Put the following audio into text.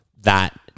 that-